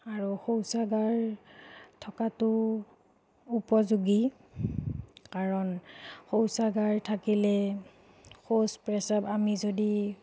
আৰু শৌচাগাৰ থকাটো উপযোগী কাৰণ শৌচাগাৰ থাকিলে শৌচ প্ৰস্ৰাৱ আমি যদি